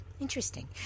interesting